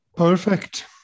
Perfect